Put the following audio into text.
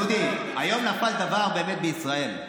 דודי, היום נפל דבר באמת בישראל,